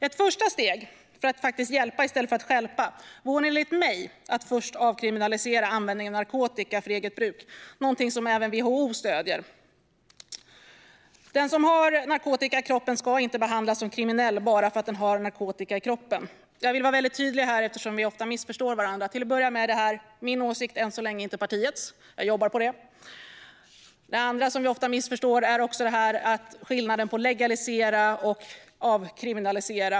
Ett första steg för att faktiskt hjälpa i stället för att stjälpa vore enligt mig att avkriminalisera användning av narkotika för eget bruk. Det är någonting som även WHO stöder. Den som har narkotika i kroppen ska inte behandlas som kriminell bara för att den har narkotika i kroppen. Jag vill vara väldigt tydlig här eftersom vi ofta missförstår varandra. Till att börja med är det här än så länge min åsikt och inte partiets. Men jag jobbar på det! Det andra som ofta missförstås är skillnaden mellan att legalisera och att avkriminalisera.